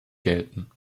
gelten